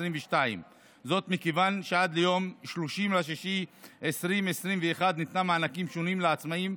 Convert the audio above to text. וזאת מכיוון שעד ליום 30 ביוני 2021 ניתנו מענקים שונים לעצמאים,